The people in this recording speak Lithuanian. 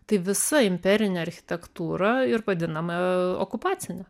tai visa imperinė architektūra ir vadinama okupacine